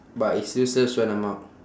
but it's useless when I'm out